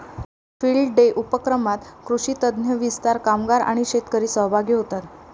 field day उपक्रमात कृषी तज्ञ, विस्तार कामगार आणि शेतकरी सहभागी होतात